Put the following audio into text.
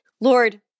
Lord